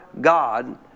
God